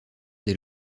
des